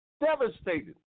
devastated